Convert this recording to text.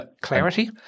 clarity